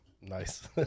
Nice